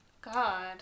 God